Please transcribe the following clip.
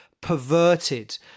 perverted